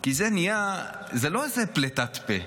כי זה לא איזה פליטת פה,